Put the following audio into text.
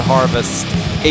Harvest